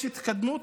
יש התקדמות,